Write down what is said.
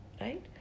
right